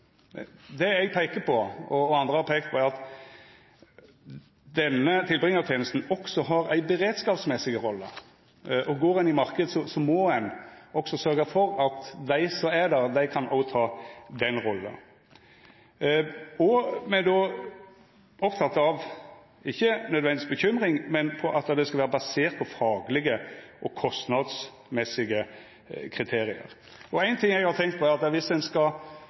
der. Det eg peiker på, og som andre òg har peikt på, er at denne tilbringartenesta også har ei rolle når det gjeld beredskap, og går ein i marknaden, må ein også sørgja for at dei som er der, òg kan ta den rolla. Me er òg opptekne av – ikkje nødvendigvis av uro – at det skal vera basert på faglege og kostnadsmessige kriterium. Ein ting eg òg har tenkt på, er at viss ein skal